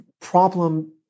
problem